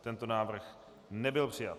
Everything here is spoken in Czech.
Tento návrh nebyl přijat.